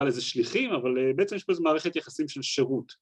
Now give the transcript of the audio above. ‫על איזה שליחים, אבל בעצם ‫יש פה איזה מערכת יחסים של שירות.